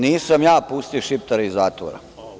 Nisam ja pustio Šiptare iz zatvora.